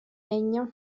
legno